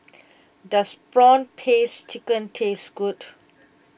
does Prawn Paste Chicken taste good